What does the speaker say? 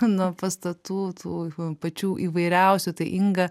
nuo pastatų tų pačių įvairiausių tai inga